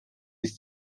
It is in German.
ist